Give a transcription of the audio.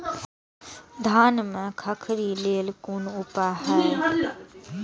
धान में खखरी लेल कोन उपाय हय?